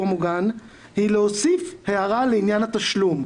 המוגן הוא להוסיף הערה לעניין התשלום,